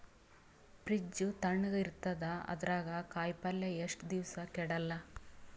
Fridge ತಣಗ ಇರತದ, ಅದರಾಗ ಕಾಯಿಪಲ್ಯ ಎಷ್ಟ ದಿವ್ಸ ಕೆಡಲ್ಲ?